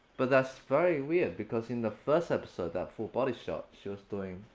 but that's very weird, because in the first episode, that full body shot, she was doing